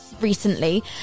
recently